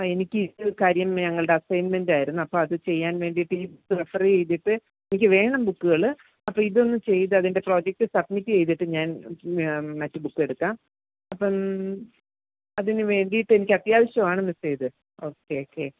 ആ എനിക്ക് ഈ ഒരു കാര്യം ഞങ്ങളുടെ അസൈൻമെൻറ്റായിരുന്നു അപ്പോൾ അത് ചെയ്യാൻ വേണ്ടീട്ട് ഈ ബുക്ക് റഫർ ചെയ്തിട്ട് എനിക്ക് വേണം ബുക്കുകൾ അപ്പോൾ ഇതൊന്ന് ചെയ്ത് അതിൻ്റെ പ്രൊജക്റ്റ് സബ്മിറ്റ് ചെയ്തിട്ട് ഞാൻ മറ്റു ബുക്കെടുക്കാം അപ്പം അതിനു വേണ്ടീട്ട് എനിക്കത്യാവശ്യാണ് മിസ്സേ ഇത് ഓക്കെ ഓക്കെ